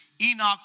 Enoch